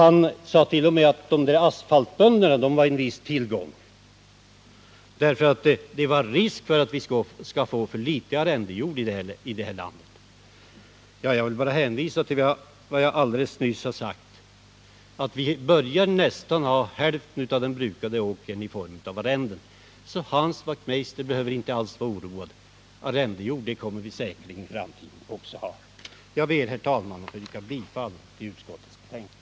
Han sade t.o.m. att asfaltbönderna var en viss tillgång, för utan dem fanns det risk för att vi får för litet arrendejord här i landet. Jag vill bara hänvisa till vad jag alldeles nyss sagt: Vi börjar nästan ha hälften av den brukade åkerjorden i form av arrende. Så Hans Wachtmeister behöver inte vara oroad. Arrendejord kommer det säkerligen att finnas också i framtiden. Jag ber, herr talman, att få yrka bifall till utskottets hemställan.